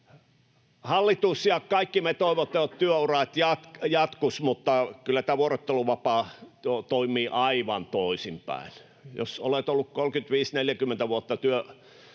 Hallitus ja kaikki me toivotaan, että työurat jatkuisivat, mutta kyllä tämä vuorotteluvapaa toimii aivan toisinpäin. Jos olet ollut 35—40 vuotta työelämässä